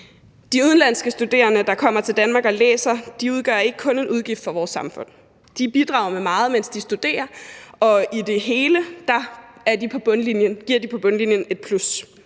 De udenlandske studerende, der kommer til Danmark og læser, udgør ikke kun en udgift for vores samfund, men de bidrager med meget, mens de studerer, og i det hele giver de på bundlinjen et plus.